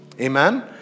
Amen